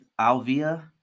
Alvia